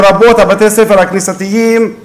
לרבות בתי-הספר הכנסייתיים,